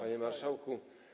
Panie Marszałku!